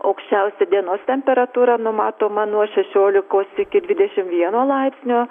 aukščiausia dienos temperatūra numatoma nuo šešiolikos iki dvidešim vieno laipsnio